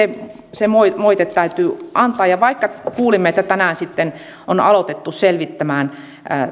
se moite moite täytyy antaa ja vaikka kuulimme että tänään on aloitettu selvittämään